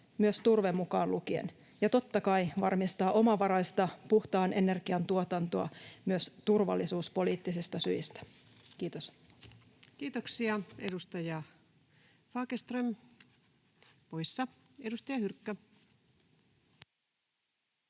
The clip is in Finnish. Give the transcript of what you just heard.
myös turve mukaan lukien, ja totta kai varmistaa omavaraista puhtaan energian tuotantoa myös turvallisuuspoliittisista syistä. — Kiitos. Kiitoksia. — Edustaja Fagerström poissa. — Edustaja Hyrkkö.